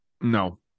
No